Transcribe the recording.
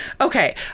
Okay